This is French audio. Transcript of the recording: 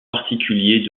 particuliers